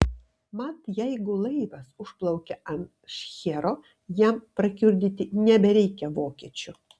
mat jeigu laivas užplaukia ant šchero jam prakiurdyti nebereikia vokiečių